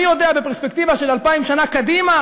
מי יודע, בפרספקטיבה של אלפיים שנה קדימה